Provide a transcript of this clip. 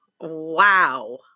Wow